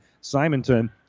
Simonton